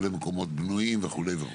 למקומות בנויים וכו' וכו'.